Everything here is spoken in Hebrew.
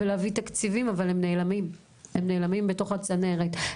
להביא תקציבים אבל הם נעלמים בתוך הצנרת.